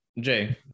Jay